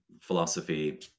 philosophy